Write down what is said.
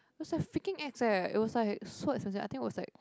it was like freaking ex eh it was like so expensive I think was like